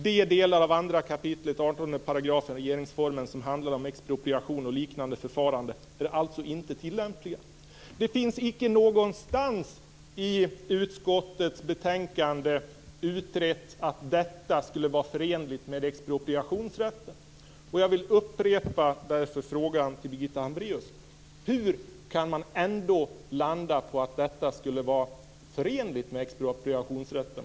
De delar av andra kapitlet, 18 §, i regeringsformen som handlar om expropriation och liknande förfaranden är alltså inte tillämpliga. Det finns icke någonstans i utskottets betänkande utrett att detta skulle vara förenligt med expropriationsrätten. Jag vill därför upprepa frågan till Birgitta Hambreaus: Hur kan man ändå landa på att detta skulle vara förenligt med expropriationsrätten?